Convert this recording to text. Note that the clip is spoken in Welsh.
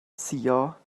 suo